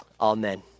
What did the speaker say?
Amen